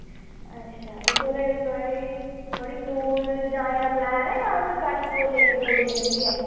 ते थोह्ड़ी कोई दूर जाने दा प्लान ऐ जां कश जाना दी गै